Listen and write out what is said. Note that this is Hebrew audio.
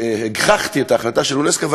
וגיניתי והגחכתי את ההחלטה של אונסק"ו,